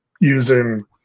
using